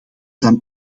dan